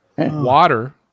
water